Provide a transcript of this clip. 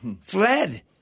fled